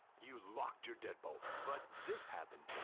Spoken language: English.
you locked your deadbolt, but this happened.